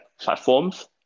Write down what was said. platforms